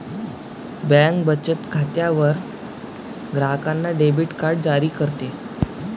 bank बचत खात्यावर ग्राहकांना डेबिट कार्ड जारी करते